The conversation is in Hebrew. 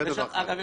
אגב,